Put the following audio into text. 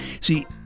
See